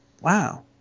Wow